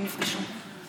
הם נפגשים.